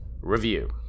Review